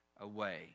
away